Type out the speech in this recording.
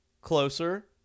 Closer